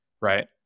right